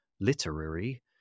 literary